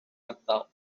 ardal